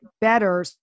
better